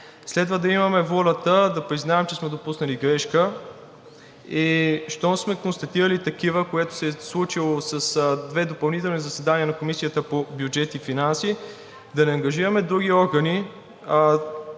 Следва да имаме волята да признаем, че сме допуснали грешки и щом сме констатирали такива, което се е случило с две допълнителни заседания на Комисията по бюджет и финанси, да не ангажираме други органи